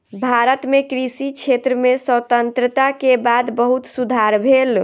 भारत मे कृषि क्षेत्र में स्वतंत्रता के बाद बहुत सुधार भेल